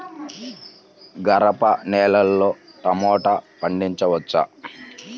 గరపనేలలో టమాటా పండించవచ్చా?